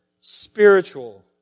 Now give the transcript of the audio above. spiritual